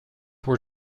were